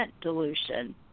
dilution